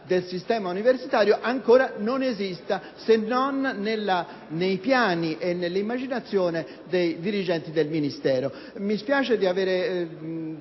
del sistema universitario ancora non esista, se non nei piani e nella immaginazione dei dirigenti del Ministero. Forse sono